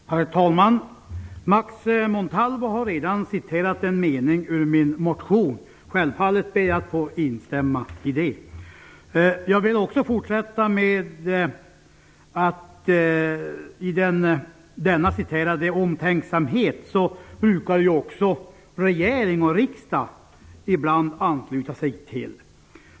Herr talman! Max Montalvo har redan citerat en mening ur min motion. Jag ber självfallet att få instämma i det som han sade. Sådan omtänksamhet som omnämndes brukar regering och riksdag ibland ge uttryck för.